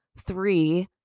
three